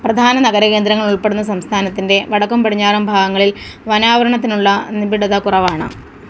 പ്രധാന നഗരകേന്ദ്രങ്ങൾ ഉൾപ്പെടുന്ന സംസ്ഥാനത്തിന്റെ വടക്കും പടിഞ്ഞാറും ഭാഗങ്ങളിൽ വനാവരണത്തിനുള്ള നിബിടത കുറവാണ്